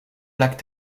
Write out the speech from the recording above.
plaques